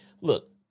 look